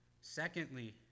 Secondly